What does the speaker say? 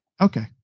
okay